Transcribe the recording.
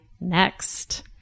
next